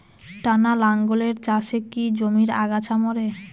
টানা লাঙ্গলের চাষে কি জমির আগাছা মরে?